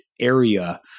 area